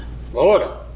Florida